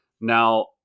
Now